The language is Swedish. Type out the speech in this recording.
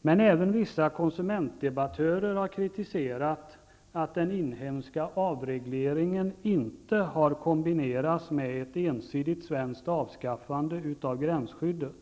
Men även vissa konsumentdebattörer har kritiserat att den inhemska avregleringen inte har kombinerats med ett ensidigt svenskt avskaffande av gränsskyddet.